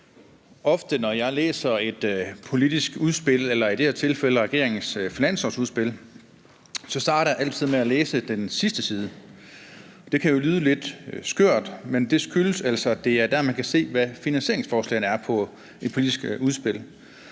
Ofte, når jeg læser et politisk udspil eller et finanslovsudspil, starter jeg med at læse den sidste side. Det kan jo lyde lidt skørt, men det skyldes altså, at det er der, man kan se, hvad finansieringsforslagene er på et politisk udspil.